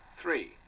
three